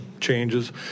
changes